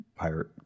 pirate